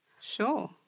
Sure